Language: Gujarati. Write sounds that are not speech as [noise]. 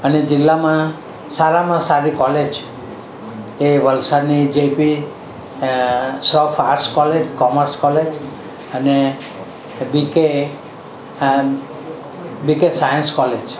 અને જિલ્લામાં સારામાં સારી કોલેજ એ વલસાડની JP [unintelligible] arts college commerce college અને બીકે અને બીકે સાયન્સ કોલેજ છે